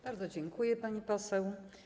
Bardzo dziękuję, pani poseł.